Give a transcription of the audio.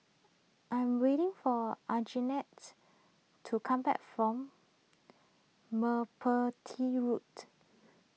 I am waiting for Anjanette to come back from Merpati Road